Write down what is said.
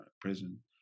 prison